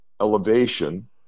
elevation